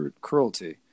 cruelty